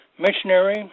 Missionary